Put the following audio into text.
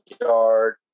yard